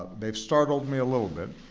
they've startled me a little bit.